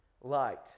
light